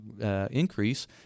increase